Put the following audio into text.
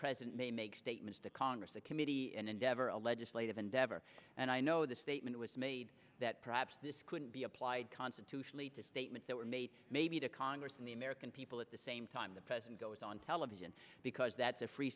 president may make statements to congress a committee and endeavor a legislative endeavor and i know the statement was made that perhaps this couldn't be applied constitutionally to statements that were made maybe to congress and the american people at the same time the president goes on television because that the free